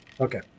Okay